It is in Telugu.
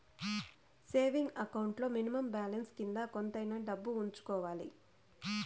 సేవింగ్ అకౌంట్ లో మినిమం బ్యాలెన్స్ కింద కొంతైనా డబ్బు ఉంచుకోవాలి